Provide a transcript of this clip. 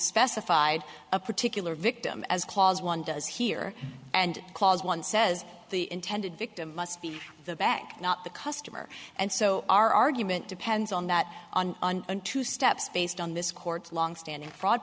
specified a particular victim as clause one does here and clause one says the intended victim must be the back not the customer and so our argument depends on that and two steps based on this court's longstanding fraud